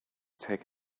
take